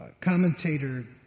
Commentator